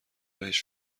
بهش